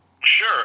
Sure